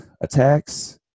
attacks